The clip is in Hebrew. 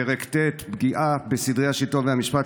פרק ט': פגיעה בסדרי השלטון והמשפט,